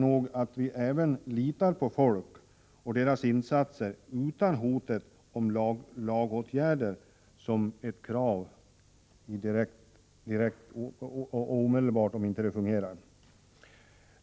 Vi måste även här lita på människor och deras insatser, utan att hota med lagåtgärder om det inte fungerar.